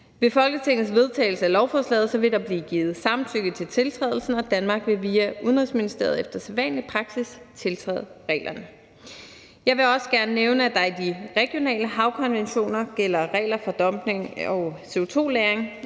Ved Folketingets vedtagelse af lovforslaget vil der blive givet samtykke til tiltrædelsen, og Danmark vil via Udenrigsministeriet efter sædvanlig praksis tiltræde reglerne. Jeg vil også gerne nævne, at der i de regionale havkonventioner gælder regler for dumpning og CO2-lagring.